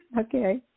Okay